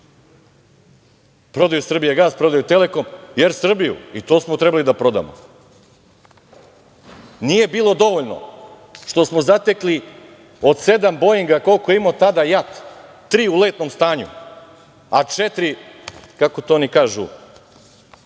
prodaju Srbija gas, Telekom, Er Srbiju i to smo trebali da prodamo. Nije bilo dovoljno što smo zatekli od 7 boinga, koliko je imao tada JAT, 3 u letnom stanju, a 4 kako oni to kažu,